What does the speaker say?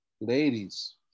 ladies